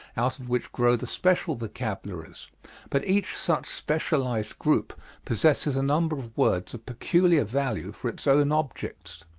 out of which grow the special vocabularies, but each such specialized group possesses a number of words of peculiar value for its own objects.